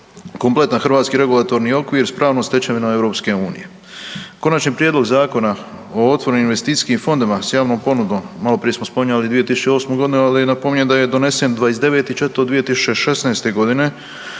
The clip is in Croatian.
kompletan hrvatski regulatorni okvir s pravnom stečevinom EU. Konačni prijedlog Zakona o otvorenim investicijskim fondovima s javnom ponudom, maloprije smo spominjali 2008.g., ali napominjem da je donesen 29.4.2016.g.